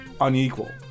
unequal